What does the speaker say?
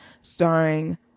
starring